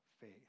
faith